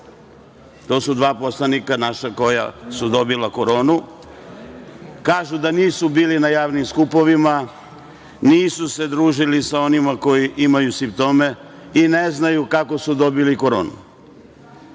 su dva naša poslanika koja su dobila koronu. Kažu da nisu bili na javnim skupovima, nisu se družili sa onima koji imaju simptome i ne znaju kako su dobili koronu. Tolika,